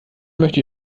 möchte